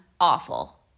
Awful